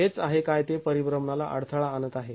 हेच आहे काय ते परिभ्रमणाला अडथळा आणत आहे